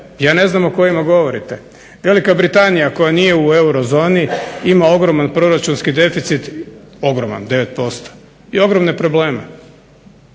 ja ne znam o kojima govorite. Velika Britanija koja nije u eurozoni ima ogroman proračunski deficit, ogroman 9% i ogromne probleme.